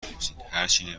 بنویسین، هرچی